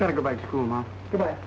kind of go back to school not go back